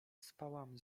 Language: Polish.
spałam